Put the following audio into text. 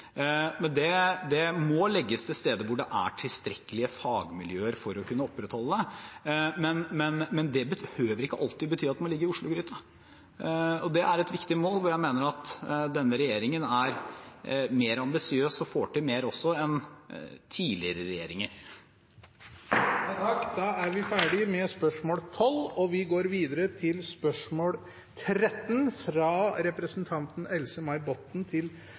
kunne opprettholde det, men det behøver ikke alltid bety at det må ligge i Oslogryta. Det er et viktig mål, og jeg mener at denne regjeringen er mer ambisiøs og får også til mer enn tidligere regjeringer. Dette spørsmålet, fra representanten Else-May Botten til landbruks- og matministeren, vil bli besvart av olje- og energiministeren på vegne av landbruks- og matministeren, som er bortreist. «Det vestnorske fjordlandskapet med blant annet Geirangerfjorden er noe vi